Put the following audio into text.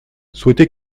souhaiter